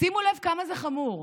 שימו לב כמה זה חמור.